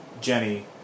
Jenny